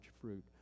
fruit